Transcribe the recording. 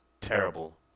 terrible